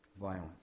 violence